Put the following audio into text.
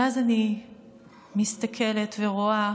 ואז אני מסתכלת ורואה